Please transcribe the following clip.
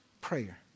prayer